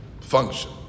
function